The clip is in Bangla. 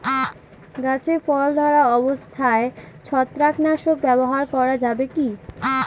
গাছে ফল ধরা অবস্থায় ছত্রাকনাশক ব্যবহার করা যাবে কী?